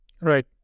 Right